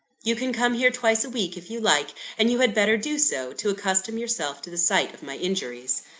you can come here twice a week, if you like, and you had better do so, to accustom yourself to the sight of my injuries.